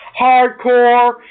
hardcore